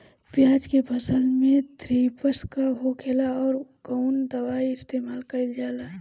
प्याज के फसल में थ्रिप्स का होखेला और कउन दवाई इस्तेमाल कईल जाला?